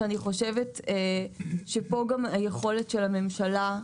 ואני חושבת שפה היכולת של הממשלה לבצע.